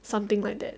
something like that